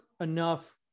enough